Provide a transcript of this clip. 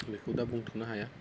बेखौ दा बुंथ'नो हाया